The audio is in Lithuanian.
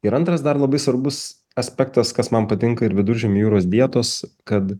ir antras dar labai svarbus aspektas kas man patinka ir viduržemio jūros dietos kad